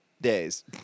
days